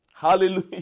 Hallelujah